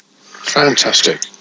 Fantastic